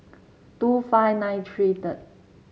two five nine three third